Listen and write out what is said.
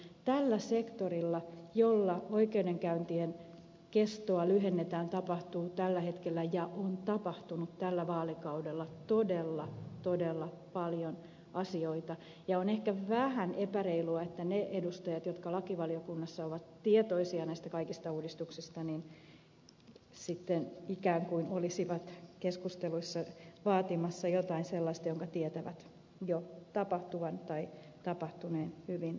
tällä sektorilla jolla oikeudenkäyntien kestoa lyhennetään tapahtuu tällä hetkellä ja on tapahtunut tällä vaalikaudella todella todella paljon asioita ja on ehkä vähän epäreilua että ne edustajat jotka lakivaliokunnassa ovat tietoisia näistä kaikista uudistuksista sitten ikään kuin olisivat keskusteluissa vaatimassa jotain sellaista jonka tietävät jo tapahtuvan tai tapahtuneen hyvin pitkälle